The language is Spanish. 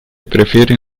prefiere